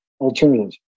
alternatives